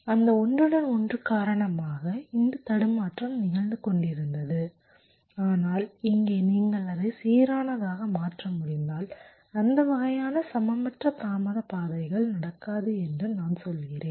அந்த ஒன்றுடன் ஒன்று காரணமாக இந்த தடுமாற்றம் நிகழ்ந்து கொண்டிருந்தது ஆனால் இங்கே நீங்கள் அதை சீரானதாக மாற்ற முடிந்தால் அந்த வகையான சமமற்ற தாமத பாதைகள் நடக்காது என்று நான் சொல்கிறேன்